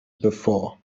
before